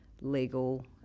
legal